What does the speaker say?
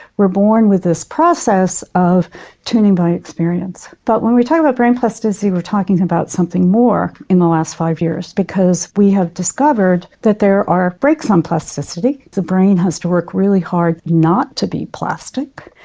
we're born with this process of tuning by experience. but when we talk about brain plasticity we're talking about something more in the last five years because we have discovered that there are brakes on plasticity. the brain has to work really hard not to be plastic,